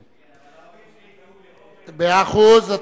אבל ההורים שלי קראו לי רוברט, מאה אחוז,